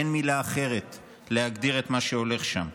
אין מילה אחרת להגדיר את מה שהולך שם: